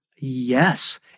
Yes